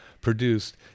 produced